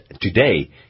today